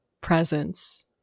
presence